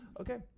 Okay